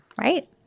Right